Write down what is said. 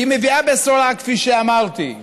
היא מביאה בשורה, כפי שאמרתי.